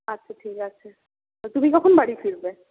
আচ্ছা ঠিক আছে তো তুমি কখন বাড়ি ফিরবে